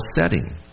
setting